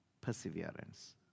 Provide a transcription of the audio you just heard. perseverance